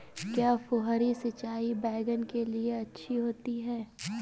क्या फुहारी सिंचाई बैगन के लिए अच्छी होती है?